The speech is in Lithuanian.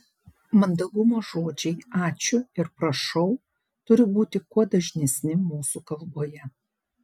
mandagumo žodžiai ačiū ir prašau turi būti kuo dažnesni mūsų kalboje